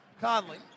Conley